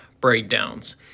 breakdowns